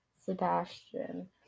Sebastian